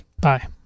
Bye